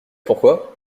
pourquoi